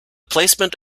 placement